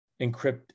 encrypt